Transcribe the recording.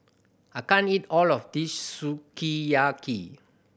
I can't eat all of this Sukiyaki